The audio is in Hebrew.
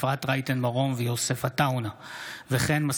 אפרת רייטן מרום ויוסף עטאונה בנושא: רצח ואלימות כלפי